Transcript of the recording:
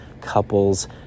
couples